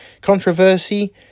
controversy